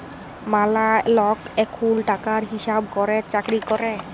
ম্যালা লক এখুল টাকার হিসাব ক্যরের চাকরি ক্যরে